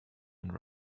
and